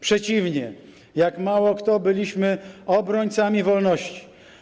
Przeciwnie, jak mało kto byliśmy obrońcami wolności.